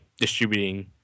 distributing